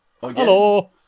Hello